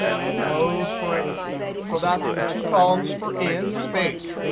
close parentheses. so that's the two columns for in, space.